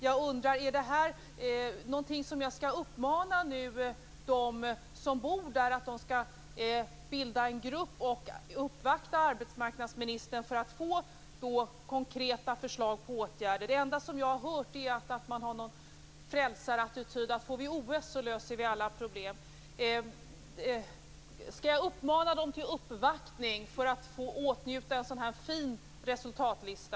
Jag undrar om jag skall uppmana dem som bor där att bilda en grupp och uppvakta arbetsmarknadsministern för att få konkreta förslag till åtgärder. Det enda som jag har hört är att man har frälsarattityden, att om vi får OS löser vi alla problem. Skall jag uppmana dem som bor i Bagarmossen att göra en uppvaktning för att få en så här fin lista?